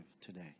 today